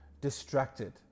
distracted